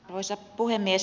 arvoisa puhemies